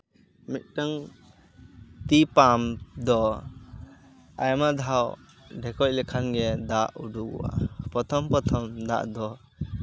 ᱢᱤᱫᱴᱟᱝ ᱛᱤ ᱯᱟᱢᱯ ᱫᱚ ᱟᱭᱢᱟ ᱫᱷᱟᱣ ᱰᱷᱮᱠᱚᱡ ᱞᱮᱠᱷᱟᱡ ᱜᱮ ᱫᱟᱜ ᱩᱰᱩᱠᱚᱜᱼᱟ ᱯᱨᱚᱛᱦᱚᱢ ᱯᱨᱚᱛᱷᱚᱢ ᱫᱟᱜ ᱫᱚ